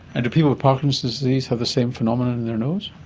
and do people with parkinson's disease have the same phenomenon in their nose?